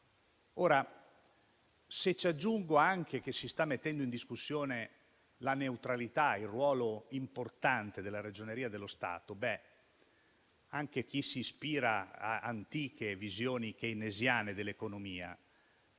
Se aggiungo anche che si sta mettendo in discussione la neutralità, il ruolo importante della Ragioneria generale dello Stato, anche chi si ispira ad antiche visioni keynesiane dell'economia